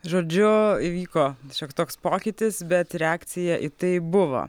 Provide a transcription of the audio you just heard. žodžiu įvyko šioks toks pokytis bet reakcija į tai buvo